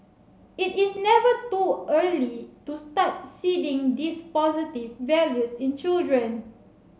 it is never too early to start seeding these positive values in children